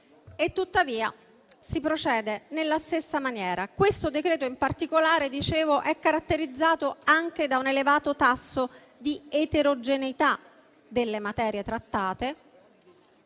Tuttavia, si procede nella stessa maniera. Come dicevo, questo decreto-legge, in particolare, è caratterizzato anche da un elevato tasso di eterogeneità delle materie trattate.